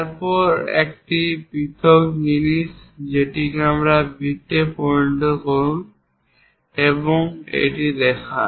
তারপর একটি পৃথক জিনিস যেমন এটিকে বৃত্তে পরিণত করুন এবং এটি দেখান